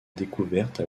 découverte